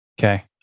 okay